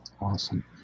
Awesome